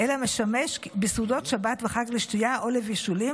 אלא משמש בסעודת שבת וחג לשתייה או לבישולים,